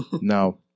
Now